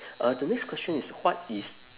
uh the next question is what is